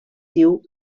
diu